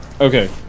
Okay